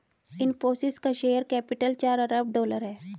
इनफ़ोसिस का share capital चार अरब डॉलर है